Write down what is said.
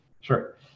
Sure